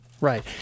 right